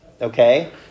okay